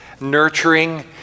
nurturing